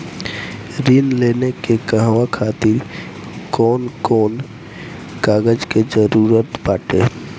ऋण लेने के कहवा खातिर कौन कोन कागज के जररूत बाटे?